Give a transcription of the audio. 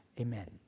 Amen